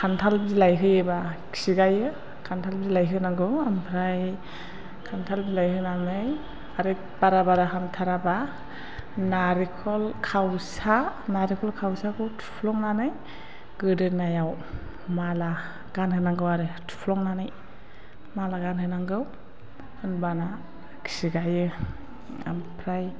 खान्थाल बिलाइ होयोबा खिगायो खान्थाल बिलाइ होनांगौ ओमफ्राय खान्थाल बिलाइ होनानै आरो बारा बारा हामथाराबा नारेंखल खावसा नारेंखल खावसाखौ थुफ्लंनानै गोदोनायाव माला गानहोनांगौ आरो थुफ्लंनानै माला गानहोनांगौ होनबाना खिगायो ओमफ्राय